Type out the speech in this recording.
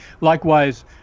likewise